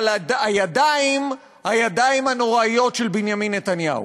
אבל הידיים, הידיים הנוראיות של בנימין נתניהו.